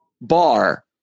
bar